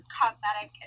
cosmetic